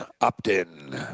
Upton